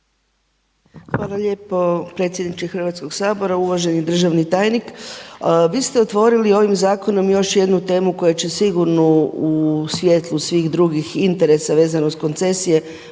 Hvala lijepo predsjedniče Hrvatskog sabora, uvaženi državni tajnik. Vi ste otvorili ovim zakonom još jednu temu koja će sigurno u svjetlu svih drugih interesa vezano uz koncesije